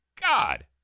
God